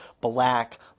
Black